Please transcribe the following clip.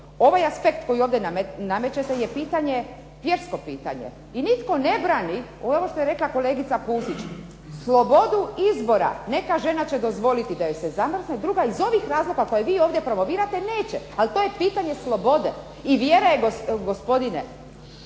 Ovaj aspekt koji ovdje namećete je vjersko pitanje. I nitko ne brani, ono što je rekla kolegica Pusić, slobodu izbora. Neka žena će dozvoliti da joj se zamrzne, druga iz ovih razloga koje vi ovdje promovirate neće, ali to je pitanje slobode. I vjera je gospodine,